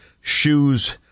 shoes